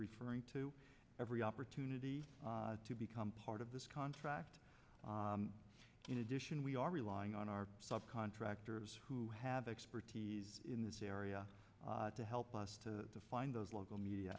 referring to every opportunity to become part of this contract in addition we are relying on our subcontractors who have expertise in this area to help us to find those local media